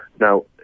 Now